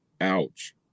Ouch